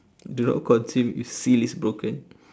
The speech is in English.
do not consume if seal is broken